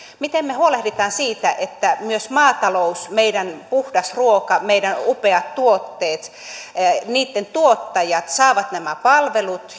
miten me huolehdimme siitä että myös maatalous meidän puhdas ruoka meidän upeat tuotteet ja niitten tuottajat saavat nämä palvelut